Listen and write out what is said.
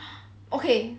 okay